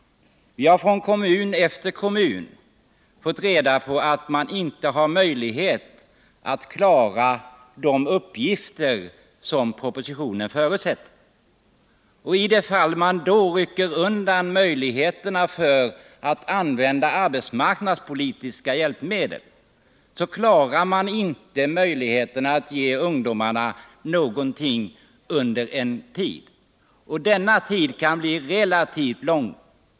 Vi har från kommun efter kommun fått reda på att man inte har möjlighet att klara de uppgifter som propositionen förutsätter att man skall klara. I de fall man då rycker undan möjligheterna för att använda arbetsmarknadspolitiska hjälpmedel, klarar kommunerna inte av att ge ungdomarna någonting under en tid. Denna tid kan bli relativt lång.